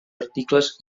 articles